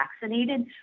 vaccinated